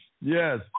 Yes